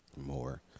More